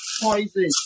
poison